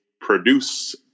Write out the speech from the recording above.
produce